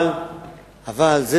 אבל זה